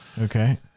Okay